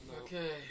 Okay